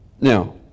Now